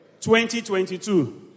2022